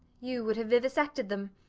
you would have vivisected them.